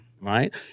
right